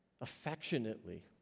Affectionately